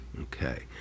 Okay